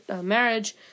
marriage